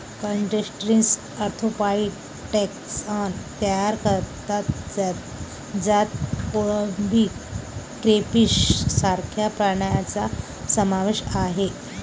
crustaceans arthropod taxon तयार करतात ज्यात कोळंबी, क्रेफिश सारख्या प्राण्यांचा समावेश आहे